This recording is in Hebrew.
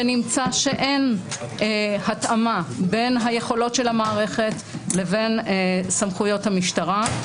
ונמצא שאין התאמה בין היכולות של המערכת לבין סמכויות המשטרה.